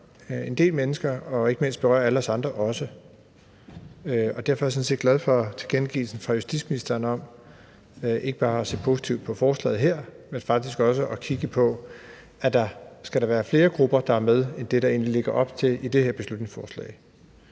en del mennesker og ikke mindst berører alle os andre også. Derfor er jeg sådan set glad for tilkendegivelsen fra justitsministeren om ikke bare at se positivt på forslaget her, men faktisk også om at kigge på, om der skal være flere grupper, der er med, end der egentlig lægges op til i det her beslutningsforslag.